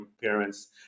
parents